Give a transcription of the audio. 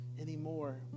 anymore